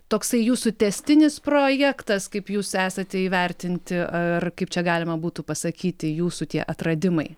toksai jūsų tęstinis projektas kaip jūs esate įvertinti ar kaip čia galima būtų pasakyti jūsų tie atradimai